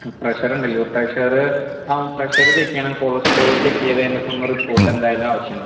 ആ പ്രഷറുണ്ടല്ലോ പ്രഷറ് ആ പ്രഷറ് ചെക്ക് ചെയ്യണം കൊളസ്ട്രോള് ചെക്ക് ചെയ്ത് എനിക്കൊന്ന് റിപ്പോർട്ട് എന്തായാലും ആവശ്യം ഉണ്ട്